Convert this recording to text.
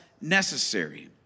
necessary